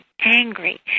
angry